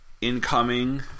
Incoming